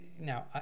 Now